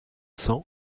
cents